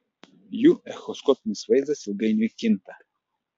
jų echoskopinis vaizdas ilgainiui kinta